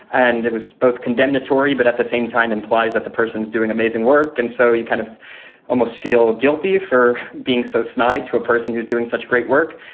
and it was both condemnatory, but at the same time implies that the person is doing amazing work. and so you kind of almost feel guilty for being so snide to a person who's doing such great work.